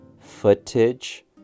footage